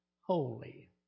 holy